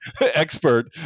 expert